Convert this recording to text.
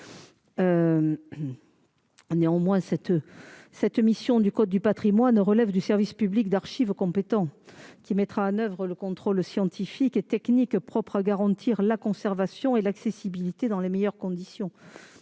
Néanmoins, cette mission relève du code du patrimoine et du service public d'archives compétent, qui mettra en oeuvre le contrôle scientifique et technique permettant de garantir la conservation et l'accessibilité dans les meilleures conditions